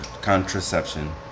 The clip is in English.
contraception